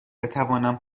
بتوانم